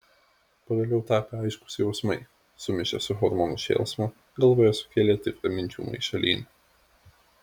pagaliau tapę aiškūs jausmai sumišę su hormonų šėlsmu galvoje sukėlė tikrą minčių maišalynę